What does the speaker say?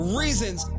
reasons